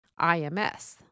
IMS